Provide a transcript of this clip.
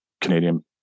Canadian